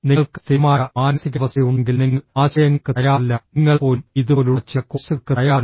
നിങ്ങൾക്ക് സ്ഥിരമായ മാനസികാവസ്ഥയുണ്ടെങ്കിൽ നിങ്ങൾ ആശയങ്ങൾക്ക് തയ്യാറല്ല നിങ്ങൾ പോലും ഇതുപോലുള്ള ചില കോഴ്സുകൾക്ക് തയ്യാറല്ല